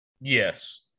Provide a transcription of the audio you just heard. Yes